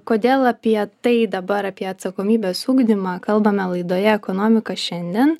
kodėl apie tai dabar apie atsakomybės ugdymą kalbame laidoje ekonomika šiandien